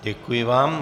Děkuji vám.